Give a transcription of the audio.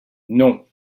non